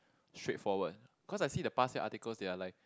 straightforward cause I see the past year articles they're like